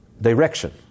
direction